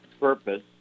purpose